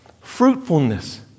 fruitfulness